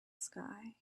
sky